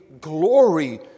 glory